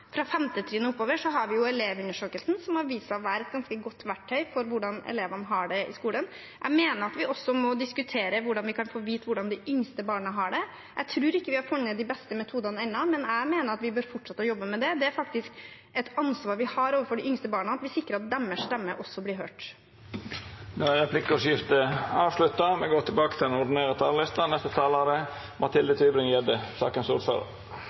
Fra 5. trinn og oppover har vi Elevundersøkelsen, som har vist seg å være et ganske godt verktøy for hvordan elevene har det i skolen. Jeg mener at vi også må diskutere hvordan vi kan få vite hvordan de yngste barna har det. Jeg tror ikke vi har funnet de beste metodene ennå, men jeg mener at vi bør fortsette å jobbe med det. Det er faktisk et ansvar vi har overfor de yngste barna, at vi sikrer at deres stemme også blir hørt. Då er replikkordskiftet avslutta.